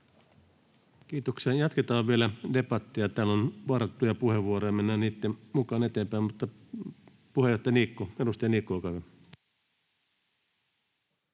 Kiitoksia. — Jatketaan vielä debattia. Täällä on varattuja puheenvuoroja, mennään niitten mukaan eteenpäin. — Puheenjohtaja, edustaja Niikko, olkaa hyvä.